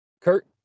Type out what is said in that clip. Kurt